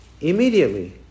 immediately